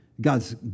God's